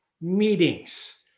meetings